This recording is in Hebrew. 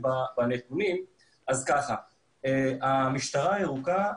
ביחס לנתונים שהועברו ליהודה,